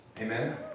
Amen